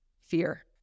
fear